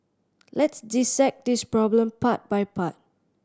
let's dissect this problem part by part